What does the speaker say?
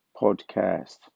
podcast